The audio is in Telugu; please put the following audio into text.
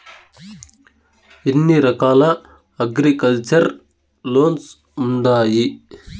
ఎన్ని రకాల అగ్రికల్చర్ లోన్స్ ఉండాయి